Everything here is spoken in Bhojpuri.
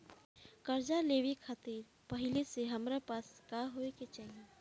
कर्जा लेवे खातिर पहिले से हमरा पास का होए के चाही?